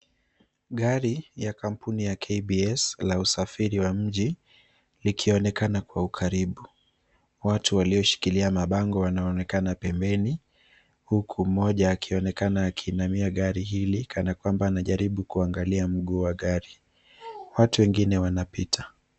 Gari la kampuni ya KBS la usafiri wa mji likionekana kwa ukaribu. Watu walioshikilia mabango wanaonekana pembeni, huku mmoja akionekana akiinamia gari hili kana kwamba anajaribu kuangalia mguu wa gari. Watu wengine wanapita.